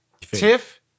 Tiff